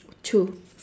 two